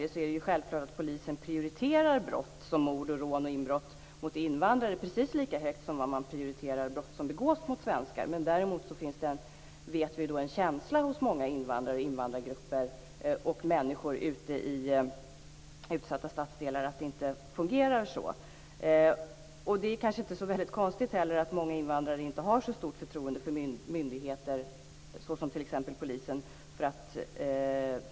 Det är självklart att polisen prioriterar brott som mord, rån och inbrott mot invandrare precis lika högt som man prioriterar brott som begås mot svenskar. Däremot vet vi att det finns en känsla hos många invandrare, invandrargrupper och människor i utsatta stadsdelar att det inte fungerar så. Det är kanske inte heller så väldigt konstigt att många invandrare inte har så stort förtroende för myndigheter som t.ex. polisen.